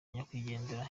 nyakwigendera